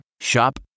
Shop